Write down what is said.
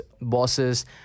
bosses